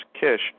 kish